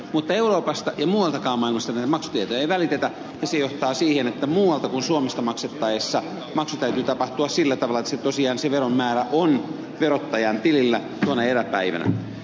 mutta euroopasta ja muualtakaan maailmasta näitä maksutietoja ei välitetä ja se johtaa siihen että muualta kuin suomesta maksettaessa maksun täytyy tapahtua sillä tavalla että tosiaan se veron määrä on verottajan tilillä tuona eräpäivänä